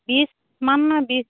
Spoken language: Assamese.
বিছ